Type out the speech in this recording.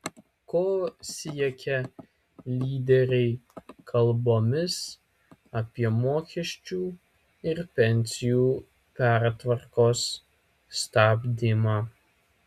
ko siekia lyderiai kalbomis apie mokesčių ir pensijų pertvarkos stabdymą